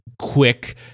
quick